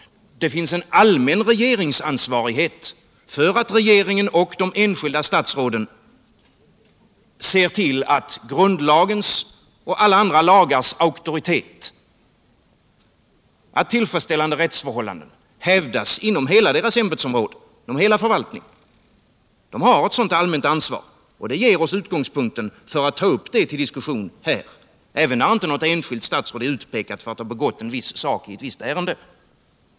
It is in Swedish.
Det finns en allmän regeringsansvarighet för att regeringen och de enskilda statsråden ser till att grundlagens och alla andra lagars auktoritet upprätthålls, att tillfredsställande rättsförhållanden hävdas inom hela deras ämbetsområde, inom hela förvaltningen. De har ett sådant allmänt ansvar, och det ger oss utgångspunkt för att ta upp det till diskussion här, även när inte något enskilt statsråd utpekats för att ha begått en viss handling i ett visst ärende.